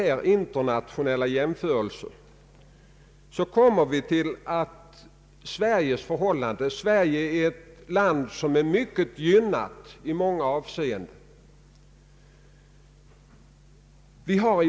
Vad är det annat än att nämna saker och ting vid deras rätta namn?